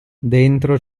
dentro